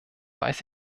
weiß